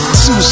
Two